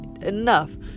enough